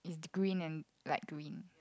green and light green